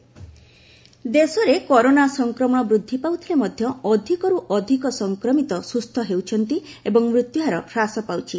corona India ଦେଶରେ corona ସଂକ୍ରମଣ ବୃଦ୍ଧି ପାଉଥିଲେ ମଧ୍ୟ ଅଧିକରୁ ଅଧିକ ସଂକ୍ରମିତ ସୁସ୍ଥ ହେଉଛନ୍ତି ଏବଂ ମୃତ୍ୟୁହାର ହ୍ରାସ ପାଉଛି